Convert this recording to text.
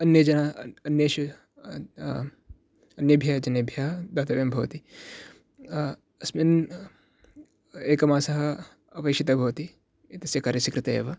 अन्यजनाः अन्येषु अन्येभ्यः जनेभ्यः दातव्यं भवति अस्मिन् एकमासः अपेक्षितः भवति एतस्य कार्यस्य कृते एव